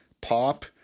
pop